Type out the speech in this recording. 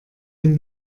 dem